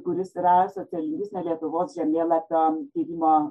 kuris ir sociolingvistinio lietuvos žemėlapio tyrimo